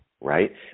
right